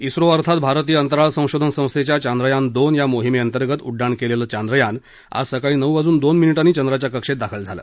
इस्रो अर्थात भारतीय अंतराळ संशोधन संस्थेच्या चांद्रयान दोन या मोहिमेंतर्गत उड्डाण केलेलं चांद्रयान आज सकाळी नऊ वाजून दोन मिनिटांनी चंद्राच्या कक्षेत दाखल झालं